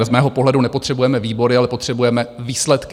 Z mého pohledu nepotřebujeme výbory, ale potřebujeme výsledky.